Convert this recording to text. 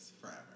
forever